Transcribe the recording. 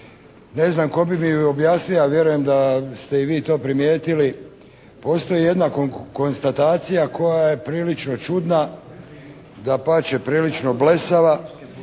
ne znam tko bi mi ju objasnio, a vjerujem da ste i vi to primijetili. Postoji jedna konstatacija koja je prilično čudna, dapače prilično blesava